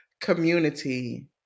community